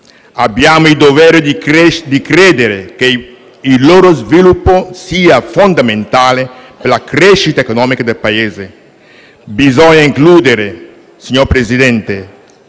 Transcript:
Abbiamo il dovere di credere che il loro sviluppo sia fondamentale per la crescita economica del Paese. Signor Presidente,